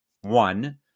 One